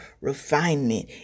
refinement